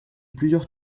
plusieurs